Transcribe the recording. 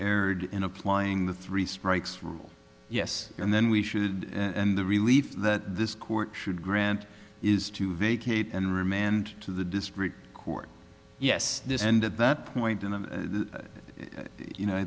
erred in applying the three strikes rule yes and then we should and the relief that this court should grant is to vacate and remand to the district court yes this end at that point and you know i